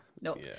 nope